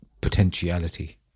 potentiality